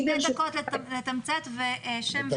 אני